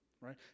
right